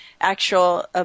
actual